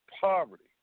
poverty